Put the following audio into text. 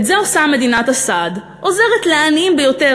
את זה עושה מדינת הסעד: עוזרת לעניים ביותר,